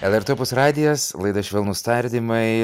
el er tė opus radijas laida švelnūs tardymai